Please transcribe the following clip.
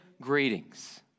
Greetings